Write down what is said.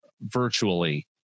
virtually